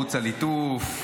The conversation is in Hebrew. ערוץ הליטוף,